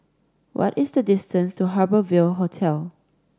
what is the distance to Harbour Ville Hotel